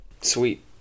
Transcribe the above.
sweet